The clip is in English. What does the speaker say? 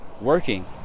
working